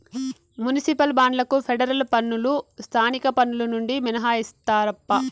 municipal బాండ్లకు federal పన్నులు స్థానిక పన్నులు నుండి మినహాయిస్తారప్పా